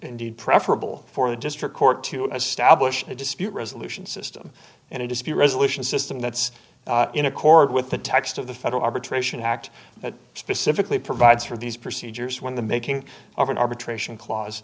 indeed preferable for the district court to establish a dispute resolution system and it has to be resolution system that's in accord with the text of the federal arbitration act that specifically provides for these procedures when the making of an arbitration cla